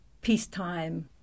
peacetime